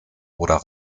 oder